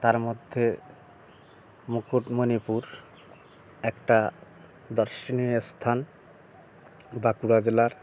তার মধ্যে মুকুটমণিপুর একটা দর্শনীয় স্থান বাঁকুড়া জেলার